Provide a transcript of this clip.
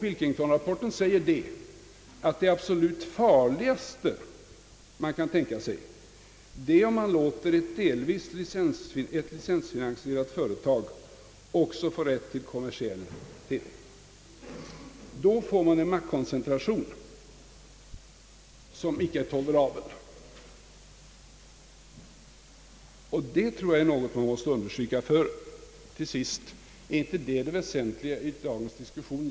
I den sägs det, att det absolut farligaste man kan tänka sig är om man låter ett licensfinansierat företag också få rätt till kommersiell TV. Då blir det en maktkoncentration som icke är tolerabel. Jag tror att den saken bör understrykas.